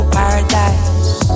paradise